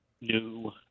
New